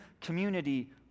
community